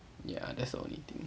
ya that's the only thing